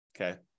okay